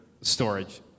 storage